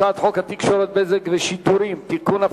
הצעת חוק התקשורת (בזק ושידורים) (תיקון,